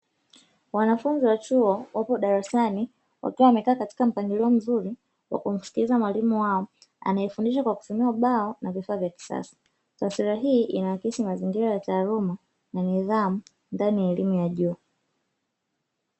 Wanafunzi wa chuo wapo darasani wakiwa wamekaa katika mpangilio mzuri wa kumsikiliza mwalimu wao, anaefundisha kwa tumia ubao na vifaa vya kisasa. Taswira hii ina akisi mazingira ya taaluma na nidhamu ndani ya elimu ya juu.